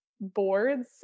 boards